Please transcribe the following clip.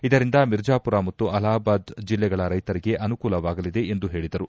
ಇದರಿಂದ ಮಿರ್ಜಾಪುರ ಮತ್ತು ಅಲಹಾಬಾದ್ ಜಿಲ್ಲೆಗಳ ರೈತರಿಗೆ ಅನುಕೂಲವಾಗಲಿದೆ ಎಂದು ಹೇಳಿದರು